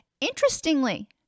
Interestingly